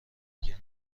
روکه